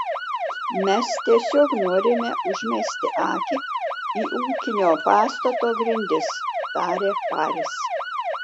mes tiesiog norime užmesti akį į ūkinio pastato grindis tarė haris